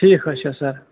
ٹھیٖک حظ چھُ سَر